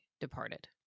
departed